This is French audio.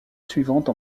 suivante